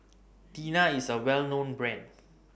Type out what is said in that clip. Tena IS A Well known Brand